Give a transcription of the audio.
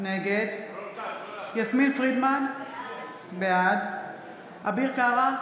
נגד יסמין פרידמן, בעד אביר קארה,